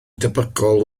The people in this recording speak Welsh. debygol